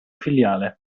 filiale